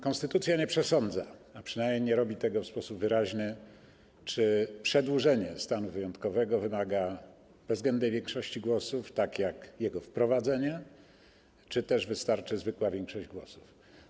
Konstytucja nie przesądza, a przynajmniej nie robi tego w sposób wyraźny, czy przedłużenie stanu wyjątkowego wymaga bezwzględnej większości głosów, tak jak jego wprowadzenie, czy też wystarczy zwykła większość głosów.